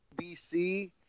BC